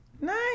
Nice